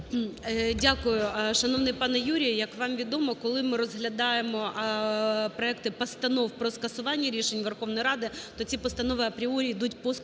Дякую. Шановний пане Юрію, як вам відомо, коли ми розглядаємо проекти постанов про скасування рішень Верховної Ради, то ці постанови апріорі йдуть по скороченій